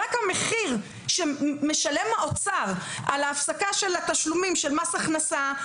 רק המחיר שמשלם האוצר על ההפסקה של התשלומים של מס הכנסה,